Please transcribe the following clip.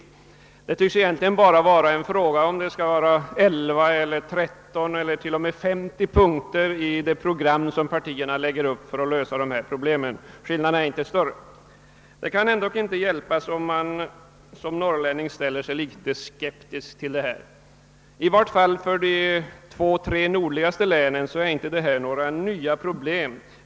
Frågan tycks bara vara om det skall vara 11, 13 eller t.o.m. 50 punkter i de program som partierna lägger upp för att lösa problemen. Skillnaderna är inte större än så. Man kan ändå inte såsom norrlänning underlåta att ställa sig något skeptisk inför allt detta. Det gäller i varje fall för de nordligaste länen inte några nya problem.